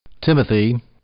Timothy